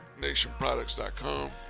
nationproducts.com